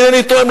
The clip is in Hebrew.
אם אינני טועה,